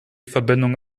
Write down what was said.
verbindung